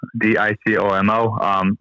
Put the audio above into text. D-I-C-O-M-O